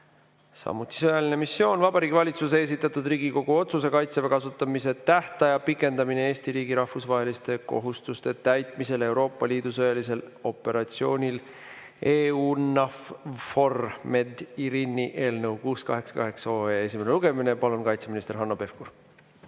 samuti sõjalise missiooni teemal: Vabariigi Valitsuse esitatud Riigikogu otsuse "Kaitseväe kasutamise tähtaja pikendamine Eesti riigi rahvusvaheliste kohustuste täitmisel Euroopa Liidu sõjalisel operatsioonil EUNAVFOR Med/Irini" eelnõu 688 esimene lugemine. Palun, kaitseminister Hanno Pevkur!